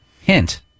Hint